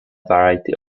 variety